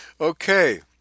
Okay